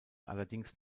allerdings